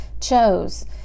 chose